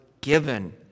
given